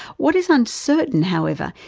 what is uncertain, however,